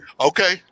Okay